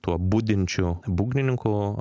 tuo budinčiu būgnininku